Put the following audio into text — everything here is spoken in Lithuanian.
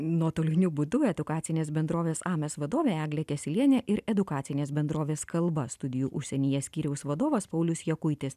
nuotoliniu būdu edukacinės bendrovės ames vadovė eglė kesylienė ir edukacinės bendrovės kalba studijų užsienyje skyriaus vadovas paulius jakutis